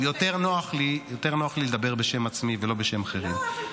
יותר נוח לי לדבר בשם עצמי ולא בשם אחרים.